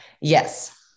Yes